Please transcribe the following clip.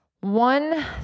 One